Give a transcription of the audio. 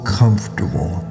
comfortable